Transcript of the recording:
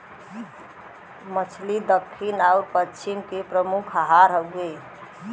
मछली दक्खिन आउर पश्चिम के प्रमुख आहार हउवे